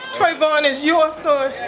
trayvon is your so